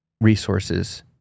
resources